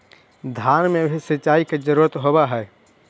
धान मे भी सिंचाई के जरूरत होब्हय?